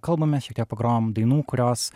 kalbamės šiek tiek pagrojam dainų kurios